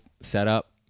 setup